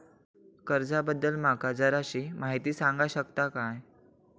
कर्जा बद्दल माका जराशी माहिती सांगा शकता काय?